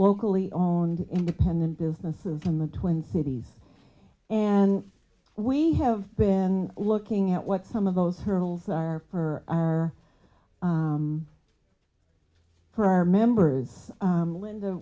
locally owned independent businesses in the twin cities and we have been looking at what some of those hurdles are for our for our members linda